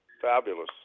Fabulous